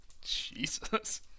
Jesus